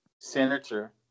senator